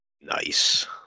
Nice